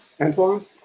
Antoine